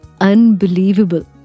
unbelievable